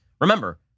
Remember